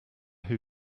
who